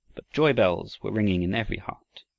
but joy bells were ringing in every heart.